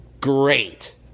great